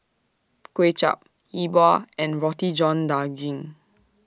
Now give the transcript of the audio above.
Kuay Chap E Bua and Roti John Daging